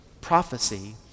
prophecy